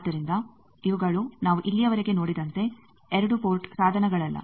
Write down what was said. ಆದ್ದರಿಂದ ಇವುಗಳು ನಾವು ಇಲ್ಲಿಯವರೆಗೆ ನೋಡಿದಂತೆ 2 ಪೋರ್ಟ್ ಸಾಧನಗಳಲ್ಲ